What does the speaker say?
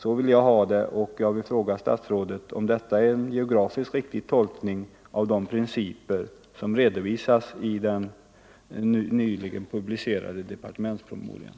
Så vill jag ha det och jag vill fråga statsrådet om detta är en geografiskt riktig tolkning av de principer som redovisas i den nyligen publicerade departementspromemorian.